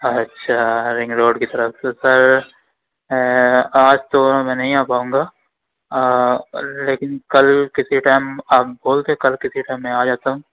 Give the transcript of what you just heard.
اچھا ring road کی طرف تو سر آج تو میں نہیں آ پاؤں گا لیکن کل کسی ٹائم آپ بول کے کل کسی ٹائم میں آ جاتا ہوں